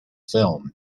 film